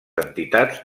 entitats